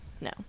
no